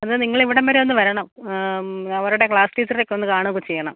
അത് നിങ്ങൾ ഇവിടം വരെ ഒന്ന് വരണം അവരുടെ ക്ലാസ് ടീച്ചറെയൊക്കെ ഒന്ന് കാണുകയൊക്കെ ചെയ്യണം